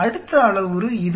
அடுத்த அளவுரு இது